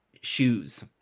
Shoes